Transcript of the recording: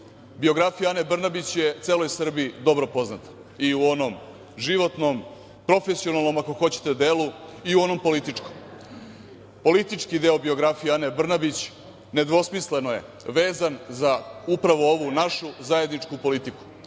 Biografija Ane Brnabić je celoj Srbiji dobro poznata i u onom životnom, profesionalnom ako hoćete delu i u onom političkom. Politički deo biografije Ane Brnabić nedvosmisleno je vezan za upravo ovu našu zajedničku politiku,